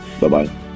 Bye-bye